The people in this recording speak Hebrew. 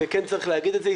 כן צריך להגיד את זה,